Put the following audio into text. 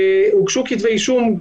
הוגשו כתבי אישום.